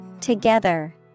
Together